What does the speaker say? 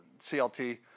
CLT